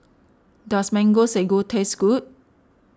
does Mango Sago taste good